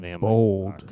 bold